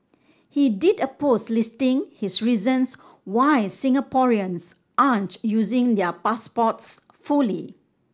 he did a post listing his reasons why Singaporeans aren't using their passports fully